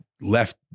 left